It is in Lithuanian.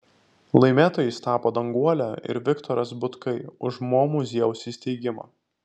laimėtojais tapo danguolė ir viktoras butkai už mo muziejaus įsteigimą